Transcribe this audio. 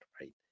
right